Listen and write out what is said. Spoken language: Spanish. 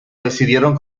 decidieron